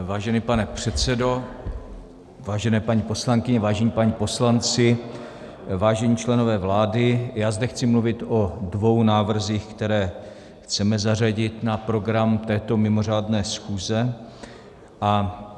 Vážený pane předsedo, vážené paní poslankyně, vážení páni poslanci, vážení členové vlády, já zde chci mluvit o dvou návrzích, které chceme zařadit na program této mimořádné schůze.